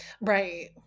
Right